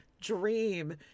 dream